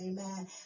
Amen